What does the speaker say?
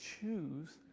choose